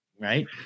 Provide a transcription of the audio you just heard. Right